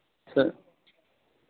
sir